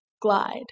glide